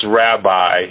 rabbi